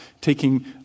Taking